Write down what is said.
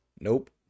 Nope